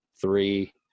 Three